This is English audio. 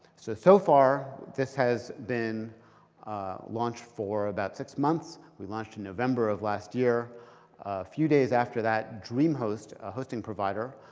so so far, this has been launched for about six months. we launched in november of last year. a few days after that, dreamhost, a hosting provider,